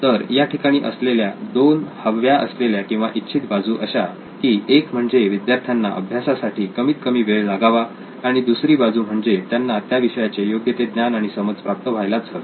तर याठिकाणी असलेल्या दोन हव्या असलेल्या किंवा इच्छित बाजू अशा की एक म्हणजे विद्यार्थ्यांना अभ्यासासाठी कमीत कमी वेळ लागावा आणि दुसरी बाजू म्हणजे त्यांना त्या विषयाचे योग्य ते ज्ञान आणि समज प्राप्त व्हायलाच हवी